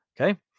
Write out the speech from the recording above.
okay